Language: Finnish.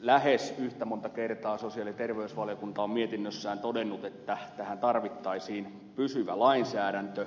lähes yhtä monta kertaa sosiaali ja terveysvaliokunta on mietinnössään todennut että tähän tarvittaisiin pysyvä lainsäädäntö